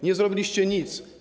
Nie zrobiliście nic.